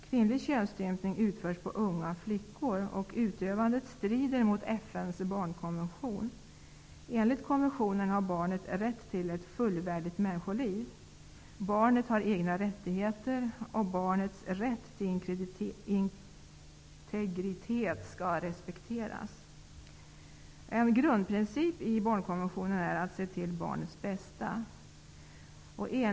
Kvinnlig könsstympning utförs på unga flickor och det strider mot FN:s barnkonvention. Enligt konventionen har barnet rätt till ett fullvärdigt människoliv. Barnet har egna rättigheter och barnets rätt till integritet skall respekteras. En grundprincip i barnkonventionen är att man skall se till barnets bästa.